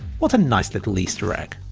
what a nice little easter-egg.